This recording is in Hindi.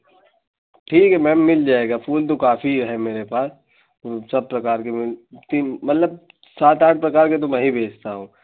ठीक है मैम मिल जाएगा फूल तो काफ़ी है मेरे पास सब प्रकार के तीन मतलब सात आठ प्रकार के तो मैं ही बेचता हूँ